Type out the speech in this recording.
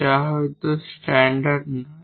যা হয়তো স্ট্যান্ডার্ড নয়